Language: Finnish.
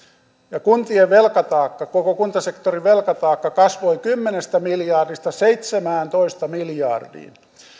ja kuntien velkataakka koko kuntasektorin velkataakka kasvoi kymmenestä miljardista seitsemääntoista miljardiin